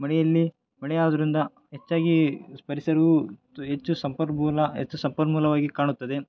ಮಳೆಯಲ್ಲಿ ಮಳೆಯಾದುದರಿಂದ ಹೆಚ್ಚಾಗಿ ಪರಿಸರವು ತು ಹೆಚ್ಚು ಸಂಪನ್ಮೂಲ ಹೆಚ್ಚು ಸಂಪನ್ಮೂಲವಾಗಿ ಕಾಣುತ್ತದೆ